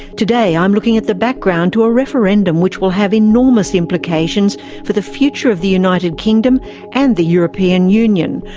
today i'm looking at the background to a referendum which will have enormous implications for the future of the united kingdom and the european union,